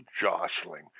jostling